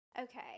Okay